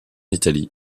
italie